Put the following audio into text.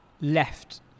left